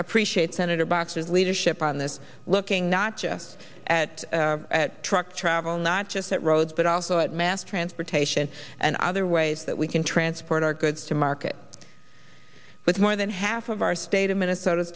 appreciate senator boxer's leadership on this looking not just at truck travel not just at roads but also at mass transportation and other ways that we can transport our goods to market with more than half of our state of minnesota